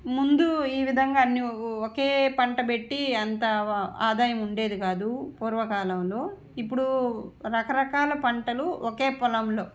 ముందు ఈ విధంగా అన్నీ ఒకే పంట పెట్టి అంత ఆదాయం ఉండేది కాదు పూర్వకాలంలో ఇప్పుడు రకరకాల పంటలు ఒకే పొలంలో